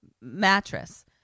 Mattress